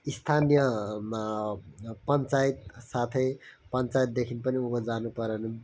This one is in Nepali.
स्थानीयमा पञ्चायत साथै पञ्चायतदेखि पनि उँभो जानु पऱ्यो भने